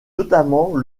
notamment